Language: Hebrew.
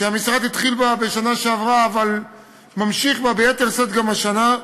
שהמשרד התחיל בה בשנה שעברה וממשיך בה ביתר שאת גם השנה: